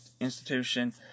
institution